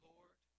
Lord